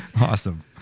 Awesome